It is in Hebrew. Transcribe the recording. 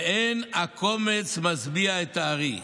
ואין הקומץ משביע את הארי.